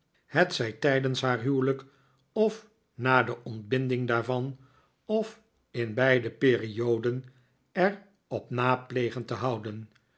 hetzij tijdens haar huwelijk of na de ontbinding daarvan of in beide perioden er op na plegen te houden